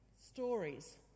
Stories